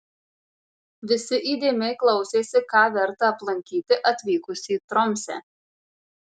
visi įdėmiai klausėsi ką verta aplankyti atvykus į tromsę